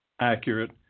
accurate